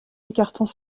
écartant